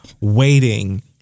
waiting